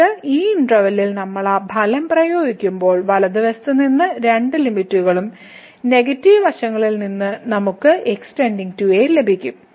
എന്നിട്ട് ഈ ഇന്റെർവെല്ലിൽ നമ്മൾ ആ ഫലം പ്രയോഗിക്കുമ്പോൾ വലതുവശത്ത് നിന്ന് രണ്ട് ലിമിറ്റ്കളുടെയും നെഗറ്റീവ് വശങ്ങളിൽ നിന്ന് നമുക്ക് x → a ലഭിക്കും